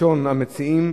ראשון המציעים,